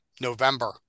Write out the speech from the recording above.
November